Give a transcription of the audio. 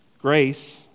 Grace